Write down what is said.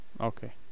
Okay